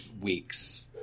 weeks